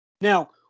Now